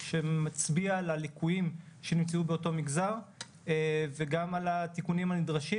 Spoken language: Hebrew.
שמצביע על הליקויים שנמצאו באותו מגזר וגם על התיקונים הנדרשים,